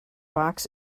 box